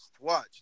Watch